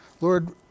Lord